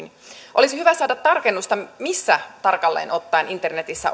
olisi hyvä saada tarkennusta missä tarkalleen ottaen internetissä